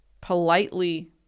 politely